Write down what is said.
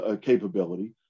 capability